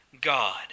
God